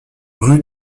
rue